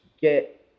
get